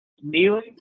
kneeling